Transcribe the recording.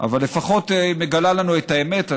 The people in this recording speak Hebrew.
אבל לפחות היא מגלה לנו את האמת,